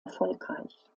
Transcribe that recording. erfolgreich